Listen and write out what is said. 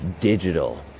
digital